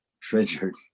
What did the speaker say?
treasured